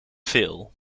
veel